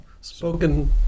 spoken